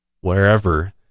wherever